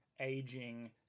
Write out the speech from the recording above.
aging